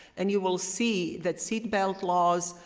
and you will see that seat belt laws,